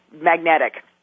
magnetic